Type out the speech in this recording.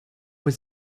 was